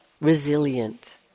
resilient